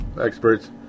experts